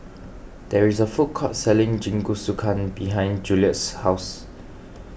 there is a food court selling Jingisukan behind Juliette's house